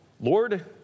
Lord